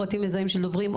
פרטים מזהים של הדוברים,